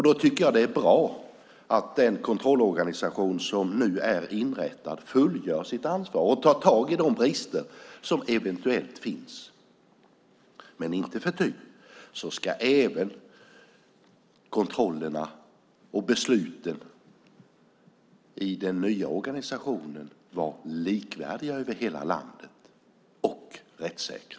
Då tycker jag att det är bra att den kontrollorganisation som nu är inrättad fullgör det som ligger i dess ansvar och tar tag i de brister som eventuellt finns. Icke förty ska även kontrollerna och besluten i den nya organisationen vara likvärdiga över hela landet och rättssäkra.